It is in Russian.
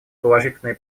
положительные